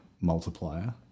multiplier